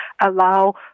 allow